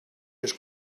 his